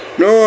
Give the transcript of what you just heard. no